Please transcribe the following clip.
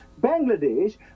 Bangladesh